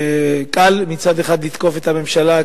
וקל מצד אחד לתקוף את הממשלה,